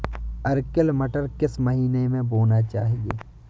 Arkel मटर किस महीना में बोना चाहिए?